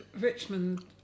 Richmond